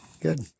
Good